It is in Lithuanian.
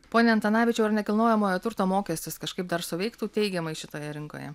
pone antanavičiau ar nekilnojamojo turto mokestis kažkaip dar suveiktų teigiamai šitoje rinkoje